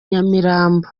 nyamirambo